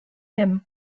him